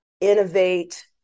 innovate